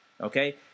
Okay